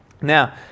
Now